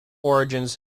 origins